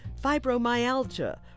fibromyalgia